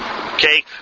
Okay